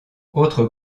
autre